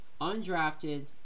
undrafted